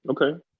Okay